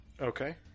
Okay